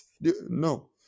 No